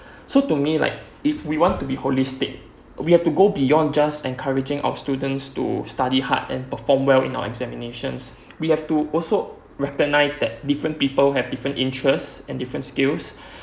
so to me like if we want to be holistic we have to go beyond just encouraging our students to study hard and perform well in our examinations we have to also recognize that different people have different interest and different skills